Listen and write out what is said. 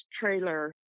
trailer